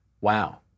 Wow